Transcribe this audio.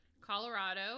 Colorado